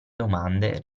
domande